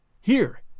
Here